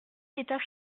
état